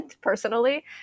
personally